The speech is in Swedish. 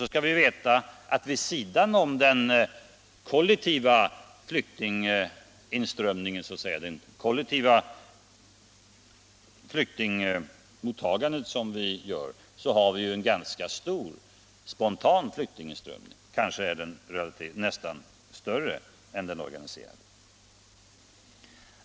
Vi skall också veta att det vid sidan av den kollektiva flyktingöverföringen finns en ganska stor spontan flyktinginströmning. Den kanske är större än den organiserade.